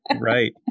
Right